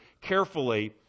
carefully